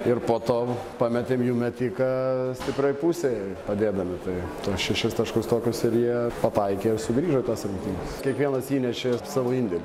ir po to pametėm jų metiką stiprioj pusėj padėdami tai tuos šešis taškus tokius ir jie pataikė ir sugrįžo į tas rungtynės kiekvienas įnešė savo indėlį